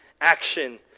action